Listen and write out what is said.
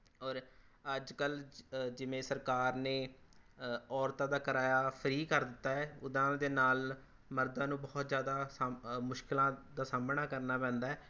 ਔਰ ਅੱਜ ਕੱਲ੍ਹ ਜ ਜਿਵੇਂ ਸਰਕਾਰ ਨੇ ਔਰਤਾਂ ਦਾ ਕਿਰਾਇਆ ਫ੍ਰੀ ਕਰ ਦਿੱਤਾ ਹੈ ਉੱਦਾਂ ਦੇ ਨਾਲ ਮਰਦਾਂ ਨੂੰ ਬਹੁਤ ਜ਼ਿਆਦਾ ਸਾਹਮ ਮੁਸ਼ਕਿਲਾਂ ਦਾ ਸਾਹਮਣਾ ਕਰਨਾ ਪੈਂਦਾ ਹੈ